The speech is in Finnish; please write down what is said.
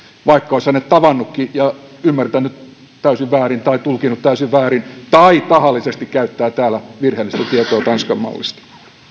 vaikka olisi hänet tavannutkin ja ymmärtänyt täysin väärin tai tulkinnut täysin väärin tai tahallisesti käyttää täällä virheellistä tietoa tanskan mallista